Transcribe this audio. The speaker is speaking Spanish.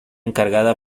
encargada